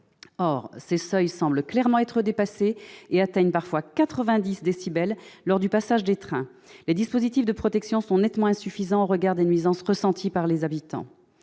Or ces seuils semblent clairement être dépassés et atteignent parfois 90 décibels lors du passage des trains. Les dispositifs de protection sont nettement insuffisants au regard des nuisances ressenties par les habitants.